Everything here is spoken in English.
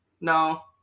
No